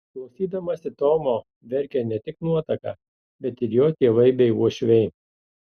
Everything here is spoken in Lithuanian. klausydamasi tomo verkė ne tik nuotaka bet ir jo tėvai bei uošviai